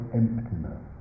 emptiness